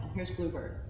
here's bluebird.